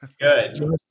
Good